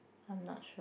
I'm not sure